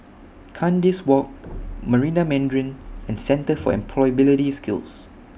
Kandis Walk Marina Mandarin and Centre For Employability Skills